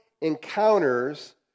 encounters